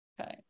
Okay